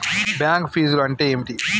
Bank ఫీజ్లు అంటే ఏమిటి?